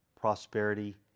prosperity